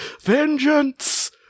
Vengeance